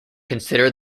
consider